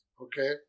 okay